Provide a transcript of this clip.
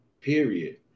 period